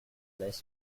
less